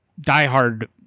diehard